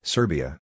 Serbia